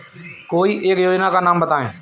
कोई एक योजना का नाम बताएँ?